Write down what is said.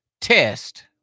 test